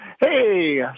Hey